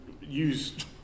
use